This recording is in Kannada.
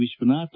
ವಿಶ್ವನಾಥ್